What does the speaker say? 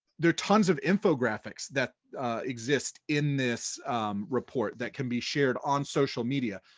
there are tons of infographics that exist in this report that can be shared on social media.